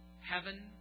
heaven